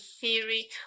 theory